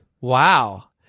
Wow